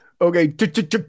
Okay